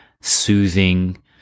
soothing